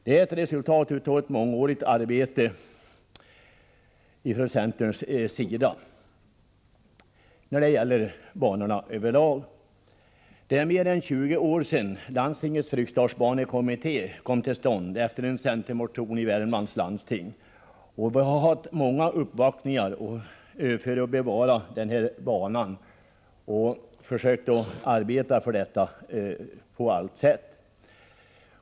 Detta är ett resultat av centerns mångåriga arbete för att bevara banor. Det är mer än 20 år sedan landstingets Fryksdalsbanekommitté kom till stånd efter en centermotion i Värmlands läns landsting. Vi har haft många uppvaktningar för att bevara banan och försökt arbeta för detta på allt sätt.